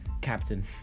captain